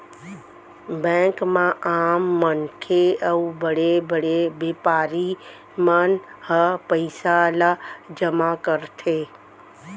bank म आम मनखे अउ बड़े बड़े बेपारी मन ह पइसा ल जमा करथे